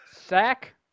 Sack